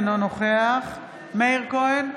אינו נוכח מאיר כהן,